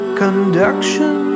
conduction